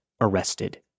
arrested